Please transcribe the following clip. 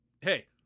Hey